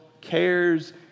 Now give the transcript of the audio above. cares